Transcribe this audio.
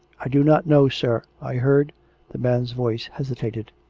i do not know, sir. i heard the man's voice hesitated.